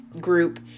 group